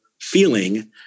feeling